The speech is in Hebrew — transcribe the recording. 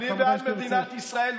אני בעד מדינת ישראל,